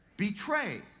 Betray